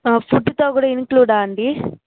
ఫుడ్తో కూడా ఇంక్లూడా అండీ